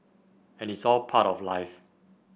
and it's all part of life